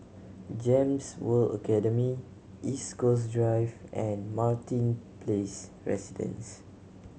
GEMS World Academy East Coast Drive and Martin Place Residence